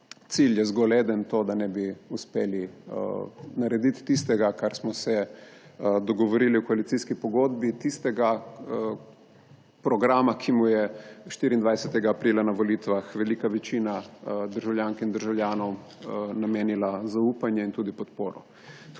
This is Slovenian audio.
Cilj je zgolj eden, in sicer da ne bi uspeli narediti tistega, kar smo se dogovorili v koalicijski pogodbi, tistega programa, ki mu je 24. aprila na volitvah velika večina državljank in državljanov namenila zaupanje in tudi podporo.